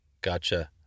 Gotcha